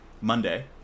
Monday